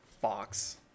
fox